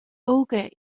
óga